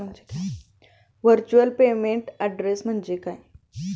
Virtual payment address म्हणजे काय?